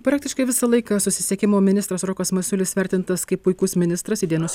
praktiškai visą laiką susisiekimo ministras rokas masiulis vertintas kaip puikus ministras į dienos